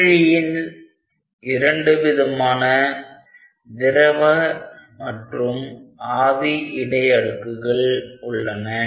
குமிழியில் இரண்டு விதமான திரவ மற்றும் ஆவி இடை அடுக்குகள் உள்ளன